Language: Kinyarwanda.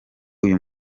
uyu